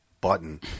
button